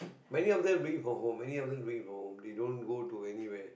many of them bring from home many of them bring from home they don't go to anywhere